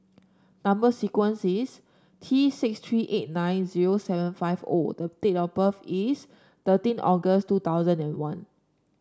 number sequence is T six three eight nine zero seven five O the date of birth is thirteen August two thousand and one